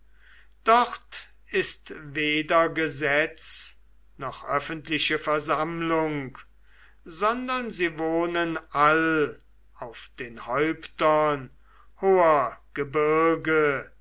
dort ist weder gesetz noch öffentliche versammlung sondern sie wohnen all auf den häuptern hoher gebirge